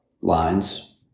lines